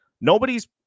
nobody's